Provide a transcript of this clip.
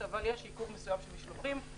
אבל יש עיכוב מסוים של משלוחים,